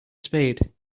spade